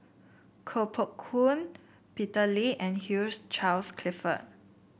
Koh Poh Koon Peter Lee and Hugh Charles Clifford